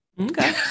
okay